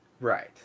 Right